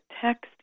text